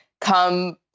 come